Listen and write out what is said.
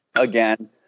Again